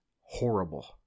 horrible